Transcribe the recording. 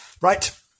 Right